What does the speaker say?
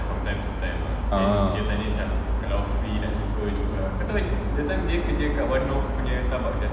orh